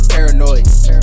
Paranoid